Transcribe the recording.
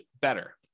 better